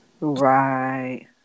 Right